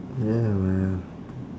ya man